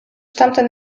tamten